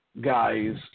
guys